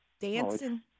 dancing